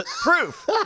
Proof